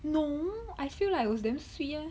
no I feel like it was damn sweet eh